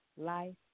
Life